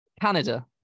Canada